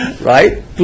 Right